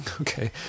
Okay